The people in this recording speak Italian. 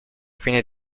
fine